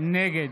נגד